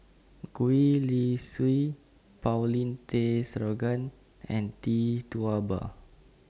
Gwee Li Sui Paulin Tay Straughan and Tee Tua Ba